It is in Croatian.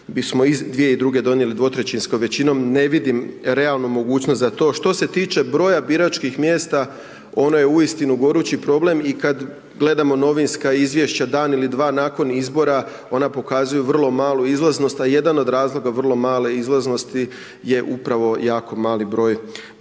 bismo 2002. donijeli dvotrećinskom većinom. Ne vidim realnu mogućnost za to. Što se tiče broja biračkih mjesta, ono je uistinu gorući problem i kada gledamo novinska izvješća dan ili dva nakon izbora ona pokazuju vrlo malu izlaznost, a jedan od razloga vrlo male izlaznosti je upravo jako mali broj